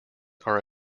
are